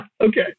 Okay